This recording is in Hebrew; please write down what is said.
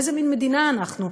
איזה מין מדינה אנחנו?